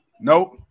Nope